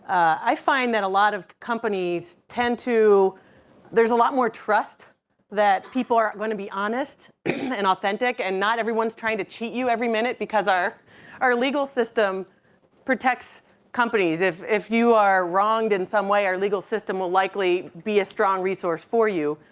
i find that a lot of companies tend to there's a lot more trust that people are going to be honest and authentic and not everyone's trying to cheat you every minute because our our legal system protects companies. if if you are wronged in some way our legal system will likely be a strong resource for you.